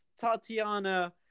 Tatiana